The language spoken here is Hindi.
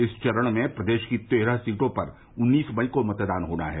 इस चरण में प्रदेश की तेरह सीटों पर उन्नीस मई को मतदान होना है